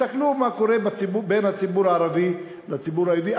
תסתכלו מה קורה בין הציבור הערבי לציבור היהודי,